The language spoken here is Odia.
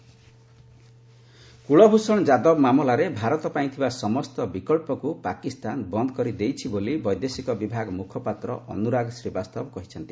ପାକିସ୍ତାନ ଏମ୍ଇଏ କୁଳଭୂଷଣ ଯାଦବ ମାମଲାରେ ଭାରତ ପାଇଁ ଥିବା ସମସ୍ତ ବିକ୍ସକୁ ପାକିସ୍ତାନ ବନ୍ଦ୍ କରିଦେଇଛି ବୋଳି ବୈଦେଶିକ ବିଭାଗ ମୁଖପାତ୍ର ଅନୁରାଗ ଶ୍ରୀବାସ୍ତବ କହିଛନ୍ତି